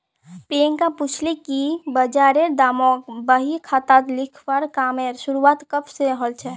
प्रियांक पूछले कि बजारेर दामक बही खातात लिखवार कामेर शुरुआत कब स हलछेक